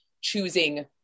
choosing